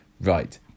Right